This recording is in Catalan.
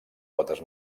potes